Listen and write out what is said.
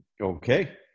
Okay